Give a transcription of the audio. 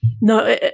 No